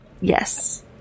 Yes